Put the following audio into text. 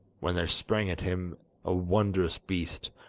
when there sprang at him a wondrous beast,